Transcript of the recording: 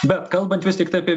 bet kalbant vis tiktai apie